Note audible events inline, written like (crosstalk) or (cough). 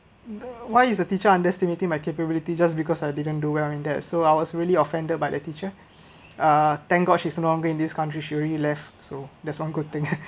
why is the teacher underestimating my capability just because I didn't do well in that so I was really offended by the teacher uh thank god she's no longer in this country she already left so that's one good thing (laughs)